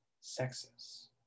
sexes